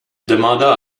demanda